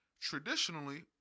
Traditionally